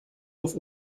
auf